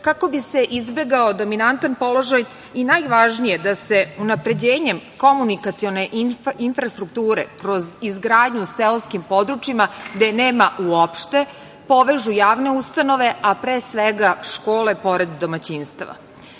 kako bi se izbegao dominantan položaj i najvažnije, da se unapređenjem komunikacione infrastrukture kroz izgradnju seoskim područjima, gde je nema uopšte, povežu javne ustanove, a pre svega škole pored domaćinstava. Danas